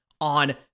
on